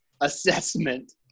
assessment